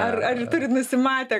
ar ar turit nusimatę